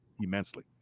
immensely